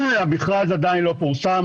המכרז עדיין לא פורסם,